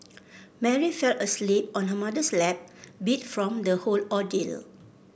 Mary fell asleep on her mother's lap beat from the whole ordeal